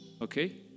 Okay